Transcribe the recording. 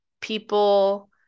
People